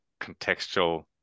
contextual